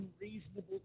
unreasonable